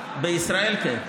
בישראל כן.